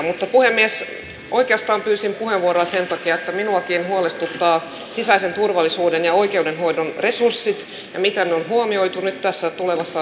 mutta puhemies oikeastaan pyysin puheenvuoron sen takia että minuakin huolestuttaa sisäisen turvallisuuden ja oikeudenhoidon resurssit ja se miten ne on huomioitu nyt tässä tulevassa hallitusohjelmassa